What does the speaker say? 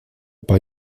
bei